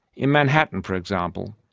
in manhattan, for example,